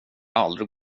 aldrig